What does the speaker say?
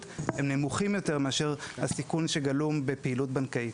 הם נמוכים יותר מאשר הסיכון שגלום בפעילות בנקאית.